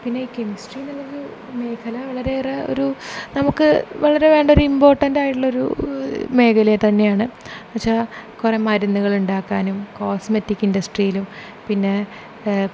പിന്നെ ഈ കെമിസ്ട്രീ എന്നുള്ളൊരു മേഘല വളരെയേറെ ഒരു നമുക്ക് വളരെ വേണ്ടൊരു ഇമ്പോട്ടൻ്റ് ആയിട്ടുള്ളൊരു മേഖല തന്നെയാണ് പക്ഷേ കുറേ മരുന്നുകളുണ്ടാക്കാനും കോസ്മെറ്റിക്കിൻ്റസ്ട്രിയിലും പിന്നെ